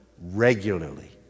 regularly